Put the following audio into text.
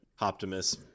optimus